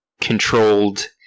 controlled